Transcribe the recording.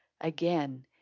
Again